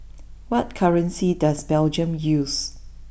what currency does Belgium use